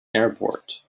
airport